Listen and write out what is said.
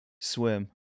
swim